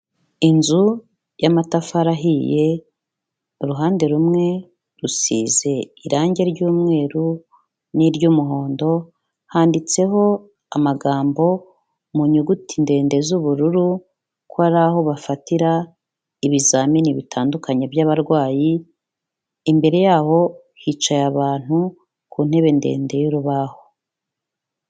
Inzu y'amatafari ahiye, uruhande rumwe rusize irangi ry'umweru n'iry'umuhondo, handitseho amagambo mu nyuguti ndende z'ubururu ko ari aho bafatira ibizamini bitandukanye by'abarwayi, imbere y'aho hicaye abantu ku ntebe ndende y'urubaho.